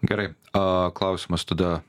gerai aaa klausimas tada